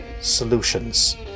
solutions